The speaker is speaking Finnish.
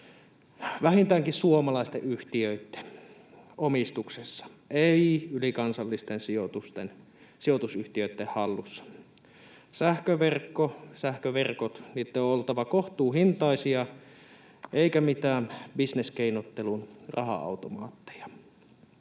vähintäänkin suomalaisten yhtiöitten omistuksessa, ei ylikansallisten sijoitusyhtiöitten hallussa. Sähköverkkojen on oltava kohtuuhintaisia eikä mitään bisneskeinottelun raha-automaatteja.